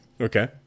Okay